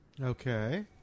Okay